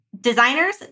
designers